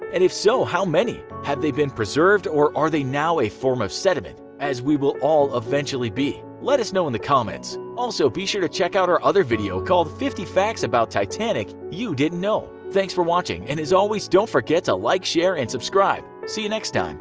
and if so, how many? have they been preserved, or are they now a form of sediment, as we will all eventually be? let us know in the comments! also, be sure to check out our other video called fifty facts about titanic you didnt know! thanks for watching, and, as always, don't forget to like, share, and subscribe. see you next time!